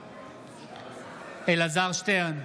בעד אלעזר שטרן,